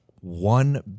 one